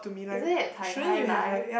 isn't it tai-tai life